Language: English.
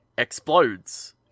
Explodes